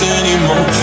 anymore